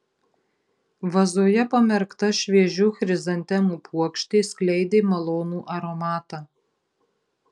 vazoje pamerkta šviežių chrizantemų puokštė skleidė malonų aromatą